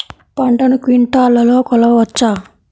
పంటను క్వింటాల్లలో కొలవచ్చా?